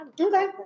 Okay